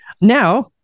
Now